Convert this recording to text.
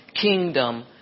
kingdom